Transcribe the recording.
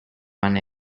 one